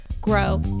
grow